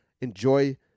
enjoy